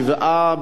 7,